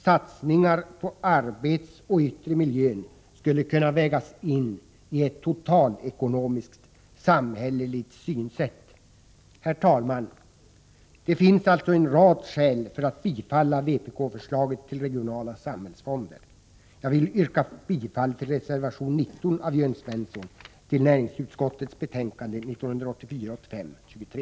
Satsningar på arbetsmiljön och den yttre miljön skulle kunna vägas in i ett totalekonomiskt, samhälleligt synsätt. Herr talman! Det finns alltså en rad skäl att bifalla vpk-förslaget om regionala samhällsfonder. Jag vill yrka bifall till reservation 19 av Jörn Svensson i näringsutskottets betänkande 1984/85:23.